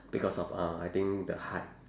because of uh I think the height